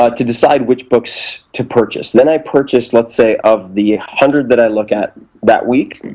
ah to decide which books to purchase. then i purchased, let's say, of the hundred that i look at that week,